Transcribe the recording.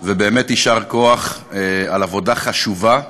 ובאמת, יישר כוח על עבודה חשובה,